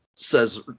says